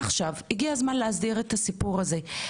הגיע הזמן להסדיר את הסיפור הזה.